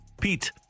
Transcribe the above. Pete